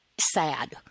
sad